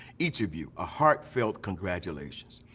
each of you a heartfelt congratulations.